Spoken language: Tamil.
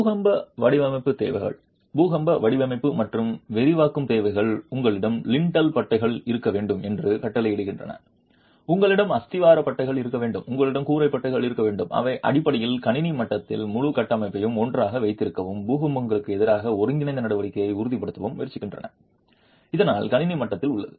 பூகம்ப வடிவமைப்பு தேவைகள் பூகம்ப வடிவமைப்பு மற்றும் விவரிக்கும் தேவைகள் உங்களிடம் லிண்டல் பட்டைகள் இருக்க வேண்டும் என்று கட்டளையிடுகின்றன உங்களிடம் அஸ்திவாரம் பட்டைகள் இருக்க வேண்டும் உங்களிடம் கூரை பட்டைகள் இருக்க வேண்டும் இவை அடிப்படையில் கணினி மட்டத்தில் முழு கட்டமைப்பையும் ஒன்றாக வைத்திருக்கவும் பூகம்பங்களுக்கு எதிரான ஒருங்கிணைந்த நடவடிக்கையை உறுதிப்படுத்தவும் முயற்சிக்கின்றன இதனால் கணினி மட்டத்தில் உள்ளது